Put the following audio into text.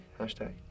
hashtag